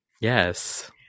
Yes